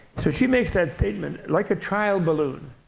so she makes that statement like a trial balloon.